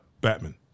Batman